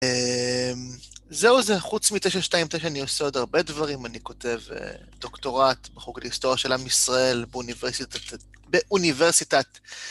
זהו זה, חוץ מ-929 אני עושה עוד הרבה דברים, אני כותב דוקטורט בחוג להיסטוריה של עם ישראל באוניברסיטת.